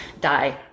die